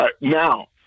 now